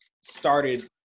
started –